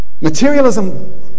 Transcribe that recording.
Materialism